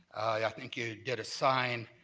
i think you did a sign.